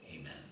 Amen